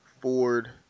Ford